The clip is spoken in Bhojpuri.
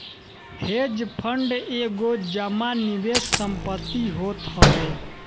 हेज फंड एगो जमा निवेश संपत्ति होत हवे